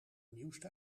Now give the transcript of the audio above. nieuwste